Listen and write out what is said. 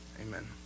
Amen